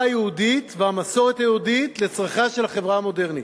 היהודית והמסורת היהודית לצרכיה של החברה המודרנית,